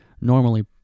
normally